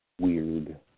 weird